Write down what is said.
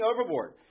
overboard